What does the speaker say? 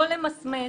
לא למסמס,